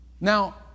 Now